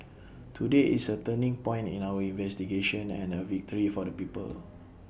today is A turning point in our investigation and A victory for the people